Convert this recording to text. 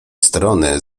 strony